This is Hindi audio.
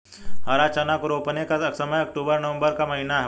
हरा चना को रोपने का समय अक्टूबर नवंबर का महीना है